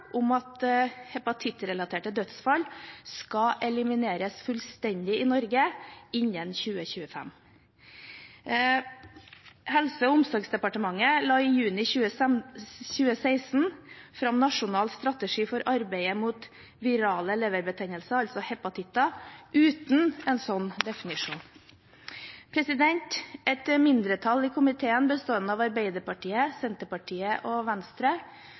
Norge innen 2025. Helse- og omsorgsdepartementet la i juni 2016 fram Nasjonal strategi for arbeidet mot virale leverbetennelser, altså hepatitter, uten en slik definert visjon. Et mindretall i komiteen, bestående av Arbeiderpartiet, Senterpartiet og Venstre,